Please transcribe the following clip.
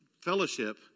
fellowship